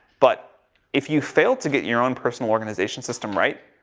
but if you fail to get your own personal organization system right.